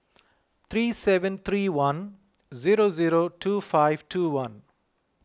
three seven three one zero zero two five two one